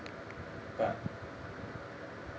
but